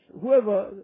whoever